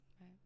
Right